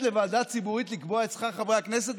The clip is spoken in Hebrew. לוועדה ציבורית לקבוע את שכר חברי הכנסת,